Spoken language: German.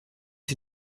sie